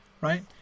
right